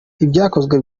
ibyakozwe